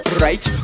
right